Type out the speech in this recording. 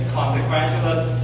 consequentialist